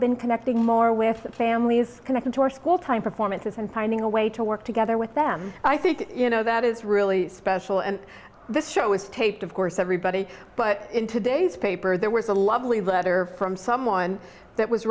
been connecting more with families connected to our school time performances and finding a way to work together with them i think you know that is really special and this show is taped of course everybody but in today's paper there was a lovely letter from someone that was